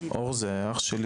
אני אושר,